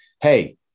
hey